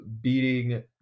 beating